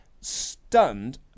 stunned